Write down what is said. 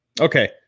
Okay